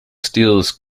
steals